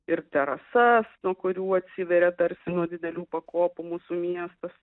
ir terasas nuo kurių atsiveria tarsi nuo didelių pakopų mūsų miestas